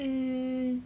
mm